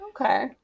Okay